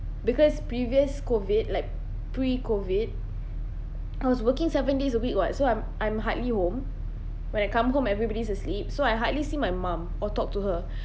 because previous COVID like pre-COVID I was working seven days a week what so I'm I'm hardly home when I come home everybody's asleep so I hardly see my mum or talked to her